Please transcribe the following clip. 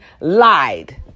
lied